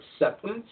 acceptance